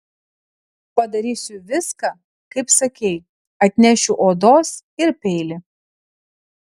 padarysiu viską kaip sakei atnešiu odos ir peilį